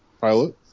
pilot